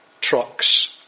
Trucks